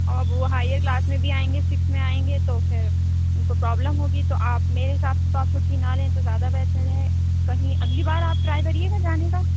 اب وہ higher class میں بھی آئیں گے سکس میں آئیں گے تو پھر ان کو پرابلم ہوگی تو آپ میرے حساب سے تو آپ چھٹی نہ لیں تو زیادہ بہتر ہے کہیں اگلی بار آپ ٹرائی کریے گا جانے کا